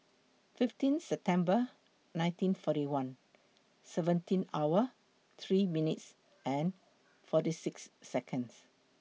fifteen September nineteen forty one seventeen hour three minutes and forty six Seconds